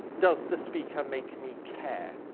does the speaker make me care?